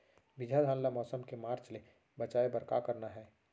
बिजहा धान ला मौसम के मार्च ले बचाए बर का करना है?